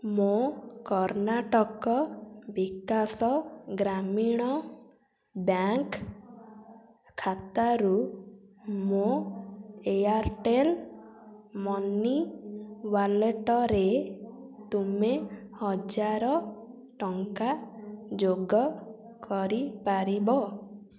ମୋ କର୍ଣ୍ଣାଟକ ବିକାଶ ଗ୍ରାମୀଣ ବ୍ୟାଙ୍କ୍ ଖାତାରୁ ମୋ ଏୟାର୍ଟେଲ୍ ମନି ୱାଲେଟ୍ରେ ତୁମେ ହଜାରେ ଟଙ୍କା ଯୋଗକରିପାରିବ